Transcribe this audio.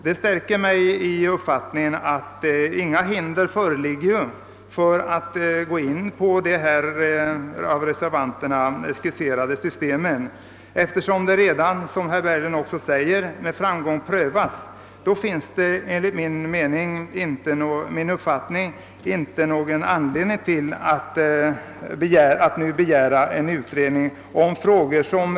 Detta stärker mig i uppfattningen att inga hinder föreligger för att tillämpa de av reservanterna skisserade systemen. Eftersom det aktuella förfarandet således redan är i tillämpning, finns det enligt min uppfattning inte någon anledning att nu begära en utredning härom.